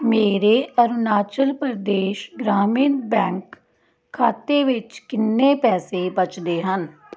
ਮੇਰੇ ਅਰੁਣਾਚਲ ਪ੍ਰਦੇਸ਼ ਗ੍ਰਾਮੀਣ ਬੈਂਕ ਖਾਤੇ ਵਿੱਚ ਕਿੰਨੇ ਪੈਸੇ ਬਚਦੇ ਹਨ